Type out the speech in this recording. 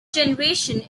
generation